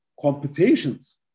competitions